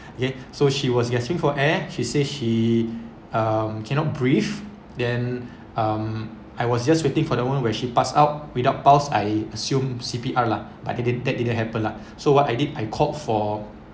okay so she was gasping for air she say she um cannot breathe then um I was just waiting for the moment where she passed out without pulse I assume C_P_R lah but that didn't that didn't happen lah so what I did I called for